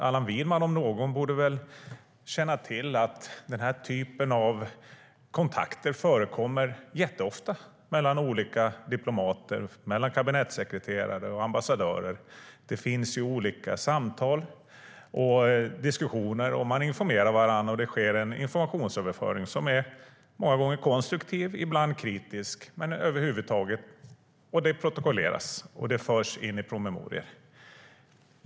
Allan Widman om någon borde väl känna till att den här typen av kontakter förekommer jätteofta mellan olika diplomater, kabinettssekreterare och ambassadörer. Det förs olika samtal och diskussioner. Man informerar varandra, och det sker en informationsöverföring som många gånger är konstruktiv och ibland är kritisk. Det protokolleras och förs in i promemorior.